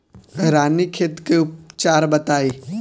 रानीखेत के उपचार बताई?